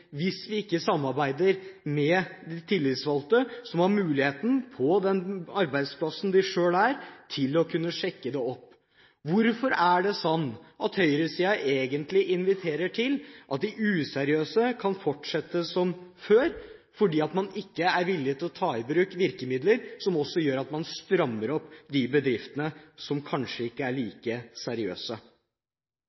på den arbeidsplassen de selv er? Hvorfor er det sånn at høyresiden egentlig inviterer til at de useriøse kan fortsette som før, fordi man ikke er villig til å ta i bruk virkemidler som strammer opp de bedriftene som kanskje ikke er